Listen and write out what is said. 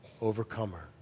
overcomer